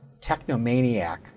technomaniac